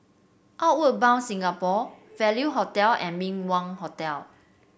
Outward Bound Singapore Value Hotel and Min Wah Hotel